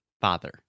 father